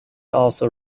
also